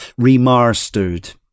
Remastered